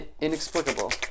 Inexplicable